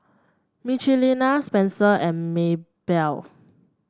Michelina Spencer and Maybelle